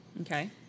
Okay